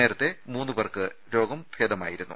നേരത്തെ മൂന്ന് പേർക്ക് രോഗം ബേധമായിരുന്നു